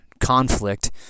conflict